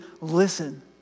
listen